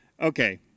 Okay